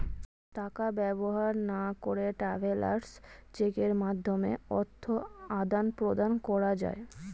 টাকা ব্যবহার না করে ট্রাভেলার্স চেকের মাধ্যমে অর্থ আদান প্রদান করা যায়